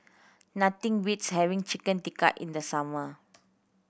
nothing beats having Chicken Tikka in the summer